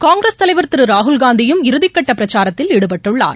காங்கிரஸ் தலைவர் திரு ராகுல் காந்தியும் இறுதி கட்ட பிரச்சாரத்தில் ஈடுபட்டுள்ளார்